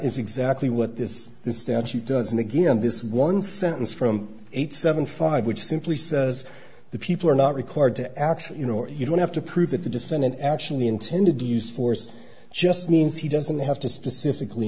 is exactly what this statute does and again this one sentence from eight seven five which simply says the people are not required to actually you know you don't have to prove that the defendant actually intended to use force just means he doesn't have to specifically